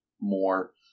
more